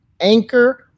anchor